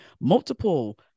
multiple